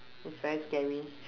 it's very scary